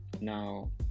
now